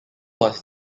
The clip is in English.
was